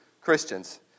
Christians